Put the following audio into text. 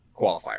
qualifier